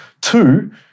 Two